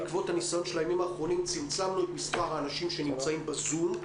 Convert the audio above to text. בעקבות הניסיון של הימים האחרונים צמצמנו את מספר האנשים שנמצאים בזום.